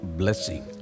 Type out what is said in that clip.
blessing